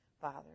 Father